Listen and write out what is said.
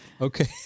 Okay